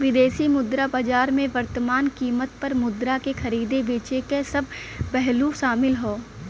विदेशी मुद्रा बाजार में वर्तमान कीमत पर मुद्रा के खरीदे बेचे क सब पहलू शामिल हौ